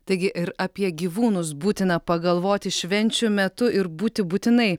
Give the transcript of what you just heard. taigi ir apie gyvūnus būtina pagalvoti švenčių metu ir būti būtinai